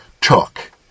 took